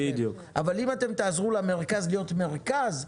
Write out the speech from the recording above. אבל אם אתם תעזרו למרכז להיות מרכז,